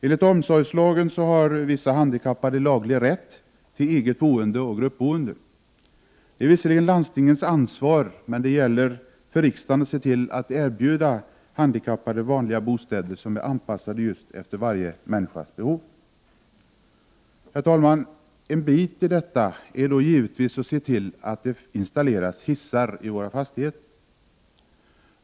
Enligt omsorgslagen har vissa handikappade laglig rätt till eget boende eller gruppboende. Detta är visserligen landstingens ansvar, men det gäller för riksdagen att se till att erbjuda handikappade vanliga bostäder som är anpassade efter varje människas behov. Herr talman! En del i detta är då givetvis att se till att det installeras hissar i våra fastigheter.